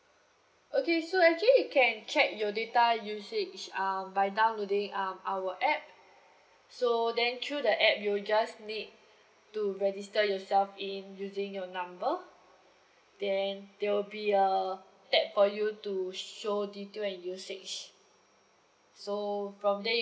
okay so actually you can check your data usage uh by downloading um our app so then through the app you'll just need to register yourself in using your number then there will be a tab for you to show detail and usage so from there